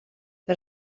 per